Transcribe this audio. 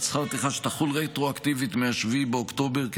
שכר טרחה שתחול רטרואקטיבית מ-7 באוקטובר,